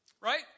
right